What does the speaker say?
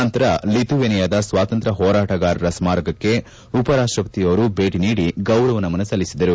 ನಂತರ ಲಿತುವೆನಿಯಾದ ಸ್ನಾತಂತ್ರ್ಯ ಹೋರಾಟಗಾರರ ಸ್ನಾರಕಕ್ಕೆ ಉಪರಾಪ್ಲಪತಿ ಅವರು ಭೇಟಿ ನೀಡಿ ಗೌರವ ನಮನ ಸಲ್ಲಿಸಿದರು